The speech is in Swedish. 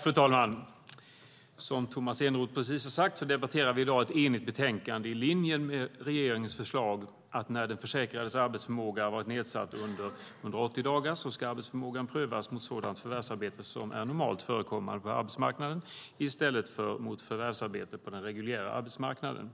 Fru talman! Som Tomas Eneroth precis har sagt debatterar vi i dag ett enigt betänkande i linje med regeringens förslag om att när den försäkrades arbetsförmåga har varit nedsatt under 180 dagar ska arbetsförmågan prövas mot sådant förvärvsarbete som är normalt förekommande på arbetsmarknaden i stället för mot förvärvsarbete på den reguljära arbetsmarknaden.